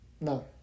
No